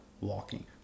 walking